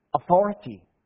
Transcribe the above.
authority